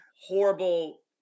horrible